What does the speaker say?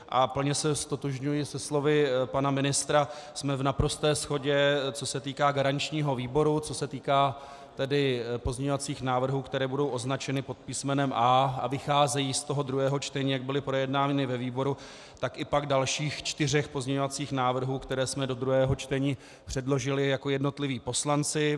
A plně se ztotožňuji se slovy pana ministra, jsme v naprosté shodě, co se týká garančního výboru, co se týká pozměňovacích návrhů, které budou označeny pod písmenem A a vycházejí z druhého čtení, jak byly projednány ve výboru, tak i pak dalších čtyř pozměňovacích návrhů, které jsme do druhého čtení předložili jako jednotliví poslanci.